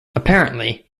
apparently